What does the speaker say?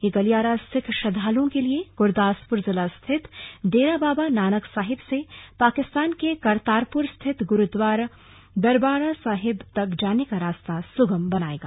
यह गलियारा सिख श्रद्दालुओं के लिए गुरदासपुर जिला स्थित डेरा बाबा नानक साहिब से पाकिस्तान के करतारपुर स्थित गुरुद्वारा दरबार साहिब तक जाने का रास्ता सुगम बनाएगा